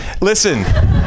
Listen